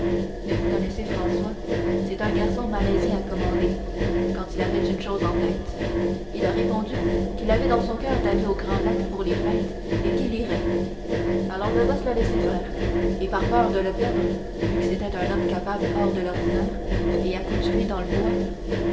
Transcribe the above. mais vous connaissez françois c'était un garçon malaisé à commander quand il avait une chose en tête il a répondu quel avait dans son coeur d'aller au grand lac pour les fêtes et qu'il irait alors le boss l'a laissé faire par peur de le perdre vu que c'était un homme capable hors de l'ordinaire et accoutumé dans le bois